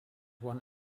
one